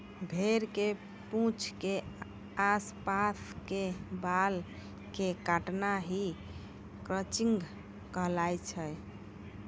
भेड़ के पूंछ के आस पास के बाल कॅ काटना हीं क्रचिंग कहलाय छै